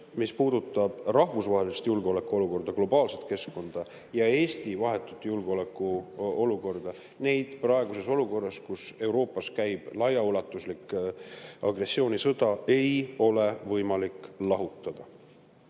mis puudutab rahvusvahelist julgeolekuolukorda, globaalset keskkonda ja Eesti vahetut julgeolekuolukorda, siis neid praeguses olukorras, kus Euroopas käib laiaulatuslik agressioonisõda, ei ole võimalik lahutada.